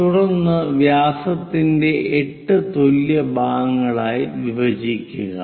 തുടർന്ന് വൃത്തത്തിനെ 8 തുല്യ ഭാഗങ്ങളായി വിഭജിക്കുക